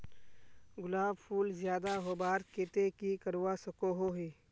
गुलाब फूल ज्यादा होबार केते की करवा सकोहो ही?